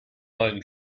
einen